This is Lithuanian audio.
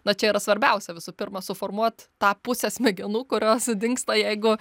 va čia yra svarbiausia visų pirma suformuot tą pusę smegenų kurios dingsta jeigu